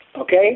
Okay